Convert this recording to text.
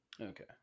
Okay